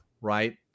right